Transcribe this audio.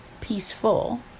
peaceful